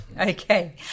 Okay